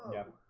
yeah,